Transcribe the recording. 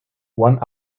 one